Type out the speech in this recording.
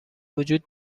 وجود